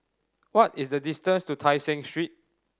what is the distance to Tai Seng Street